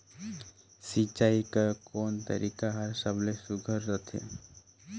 सिंचाई कर कोन तरीका हर सबले सुघ्घर रथे?